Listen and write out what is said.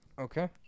Okay